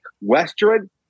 Western